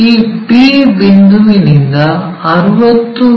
ಈ p ಬಿಂದುವಿನಿಂದ 60 ಮಿ